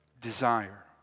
desire